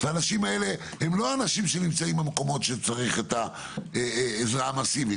האנשים האלה הם לא אנשים שנמצאים במקומות שצריך את העזרה המאסיבית.